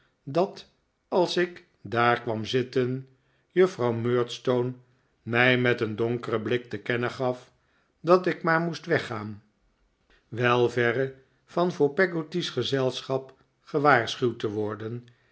dat als ik daar kwam zitten juffrouw murdstone mij met een donkeren blik te kennen gaf dat ik maar moest weggaan wel verre van voor peggotty's gezelschap gewaarschuwd te worden